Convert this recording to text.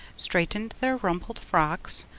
straightened their rumpled frocks,